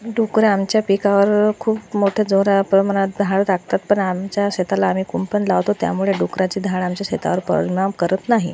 डुकरं आमच्या पिकावर खूप मोठ्या जोरा प्रमाणात धाड टाकतात पण आमच्या शेताला आम्ही कुंपण लावतो त्यामुळे डुकराची धाड आमच्या शेतावर परिणाम करत नाही